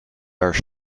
are